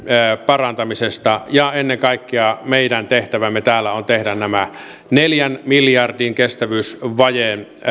parantamisesta ja ennen kaikkea meidän tehtävämme täällä on tehdä neljän miljardin kestävyysvajeen